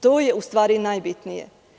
To je, u stvari, najbitnije.